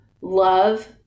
love